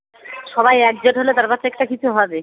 সবাই এক জোট হলে তারপর তো একটা কিছু হবে